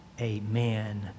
Amen